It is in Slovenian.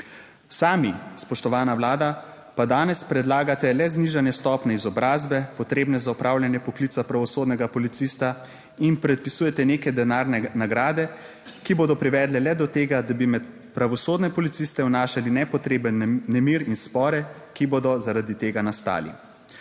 Sami, spoštovana Vlada, pa danes predlagate le znižanje stopnje izobrazbe potrebne za opravljanje poklica pravosodnega policista in predpisujete neke denarne nagrade, ki bodo privedle le do tega, da bi med pravosodne policiste vnašali nepotreben nemir in spore, ki bodo zaradi tega nastali.